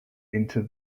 into